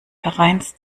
vereins